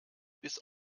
bis